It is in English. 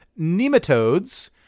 nematodes